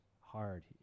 hard